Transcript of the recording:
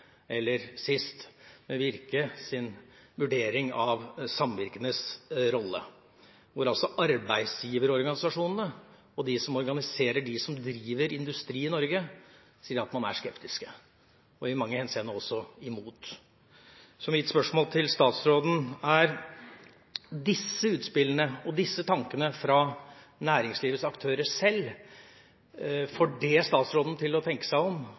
eller sist nå Virkes vurdering av samvirkenes rolle, hvor altså arbeidsgiverorganisasjonene, de som organiserer dem som driver industri i Norge, sier at man er skeptisk og i mange henseende også imot. Så mitt spørsmål til statsråden er: Disse utspillene og disse tankene fra næringslivets aktører sjøl – får det statsråden til å tenke seg om